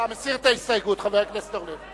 אתה מסיר את ההסתייגות, חבר הכנסת אורלב?